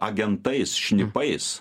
agentais šnipais